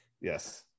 yes